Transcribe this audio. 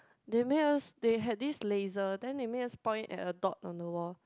they made us they had this laser then they made us point at a dot on the wall